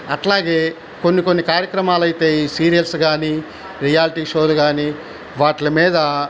అట్లాగే కొన్నికొన్ని కార్యక్రమాలయితే ఈ సీరియల్స్ కాని రియాల్టీ షోలు కాని వాటి మీద